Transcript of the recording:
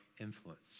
influence